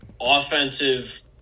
offensive